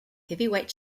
heavyweight